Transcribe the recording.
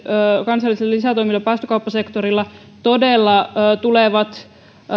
kansallisilla lisätoimilla päästökauppasektorilla saavutetut päästövähennykset todella tulevat